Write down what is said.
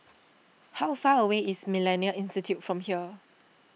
how far away is Millennia Institute from here